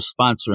sponsoring